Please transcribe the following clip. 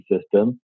system